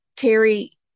Terry